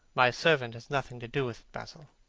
my servant has nothing to do with it, basil.